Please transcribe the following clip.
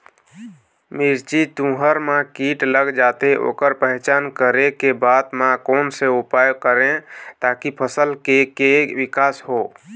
मिर्ची, तुंहर मा कीट लग जाथे ओकर पहचान करें के बाद मा कोन सा उपाय करें ताकि फसल के के विकास हो?